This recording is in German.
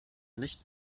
nicht